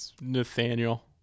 Nathaniel